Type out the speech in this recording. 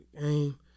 game